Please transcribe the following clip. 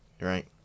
right